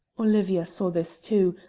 olivia saw this too,